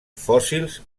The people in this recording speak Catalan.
fòssils